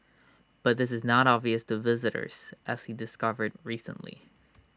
but this is not obvious to visitors as he discovered recently